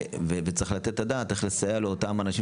וצריך לתת את הדעת איך לסייע לאותם אנשים